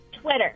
Twitter